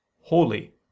holy